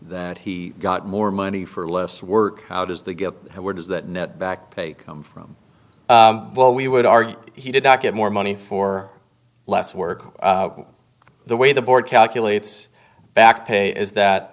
that he got more money for less work how does that get and where does that net backpay come from well we would argue he did not get more money for less work the way the board calculates back pay is that